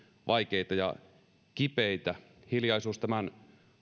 vaikeita ja kipeitä hiljaisuus tämän